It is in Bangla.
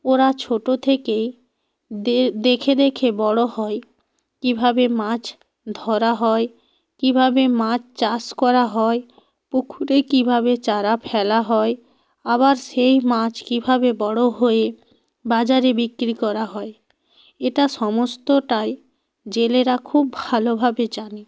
ওরা ছোটো থেকেই দেখে দেখে বড়ো হয় কীভাবে মাছ ধরা হয় কীভাবে মাছ চাষ করা হয় পুকুরে কীভাবে চারা ফেলা হয় আবার সেই মাছ কীভাবে বড়ো হয়ে বাজারে বিক্রি করা হয় এটা সমস্তটাই জেলেরা খুব ভালোভাবে জানে